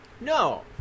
No